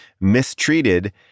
mistreated